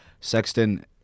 Sexton